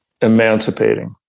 emancipating